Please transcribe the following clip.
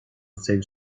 save